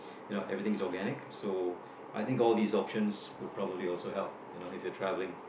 you know everything is organically so I think all this options would probably also help if you are travelling